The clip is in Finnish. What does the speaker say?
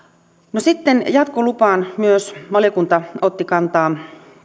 sitten jatkolupaan myös valiokunta otti kantaa